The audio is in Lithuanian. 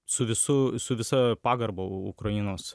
su visu su visa pagarba ukrainos